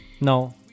No